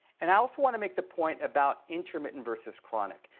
and i also want to make the point about intermittent versus chronic,